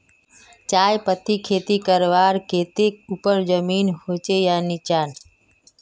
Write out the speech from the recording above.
चाय पत्तीर खेती करवार केते ऊपर जमीन होचे या निचान?